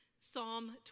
Psalm